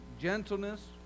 gentleness